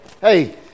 Hey